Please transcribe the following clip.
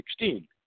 2016